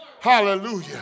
Hallelujah